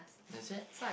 there's that